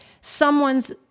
someone's